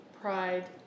pride